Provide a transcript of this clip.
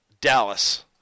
Dallas